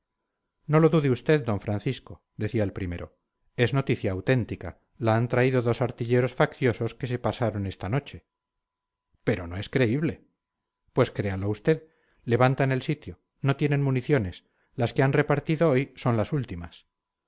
no lo dude usted d francisco decía el primero es noticia auténtica la han traído dos artilleros facciosos que se pasaron esta noche pero no es creíble pues créalo usted levantan el sitio no tienen municiones las que han repartido hoy son las últimas